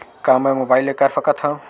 का मै मोबाइल ले कर सकत हव?